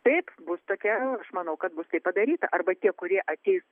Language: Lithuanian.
taip bus tokia aš manau kad bus tai padaryta arba tie kurie ateis